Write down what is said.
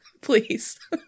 Please